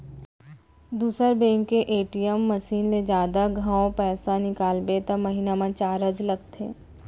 दूसर बेंक के ATM machine ले जादा घांव पइसा निकालबे त महिना म चारज लगथे